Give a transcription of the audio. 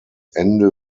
ende